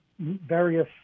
various